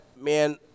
man